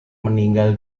meninggal